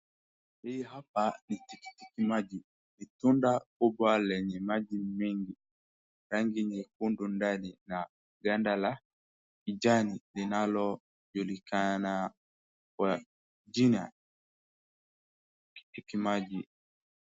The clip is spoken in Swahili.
Hii hapa ni tikitiki maji. Ni tunda kubwa lenye maji mingi, rangi nyekundu ndani na ganda la kijani linalojulikana kwa jina tikitiki maji.